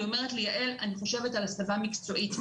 והיא אומרת לי שהוא חושבת על הסבה מקצועית.